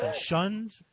shunned